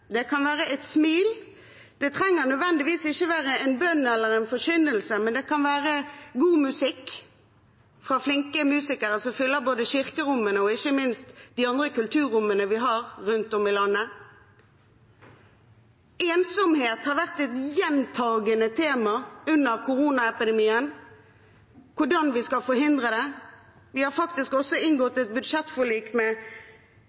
Det kan være et smil, det trenger ikke nødvendigvis være en bønn eller en forkynnelse, det kan være god musikk fra flinke musikere som fyller både kirkerommet og ikke minst de andre kulturrommene vi har rundt om i landet. Ensomhet har vært et gjentakende tema under koronaepidemien – hvordan vi skal forhindre det. Vi har faktisk også